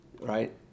right